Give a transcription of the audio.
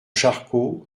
charcot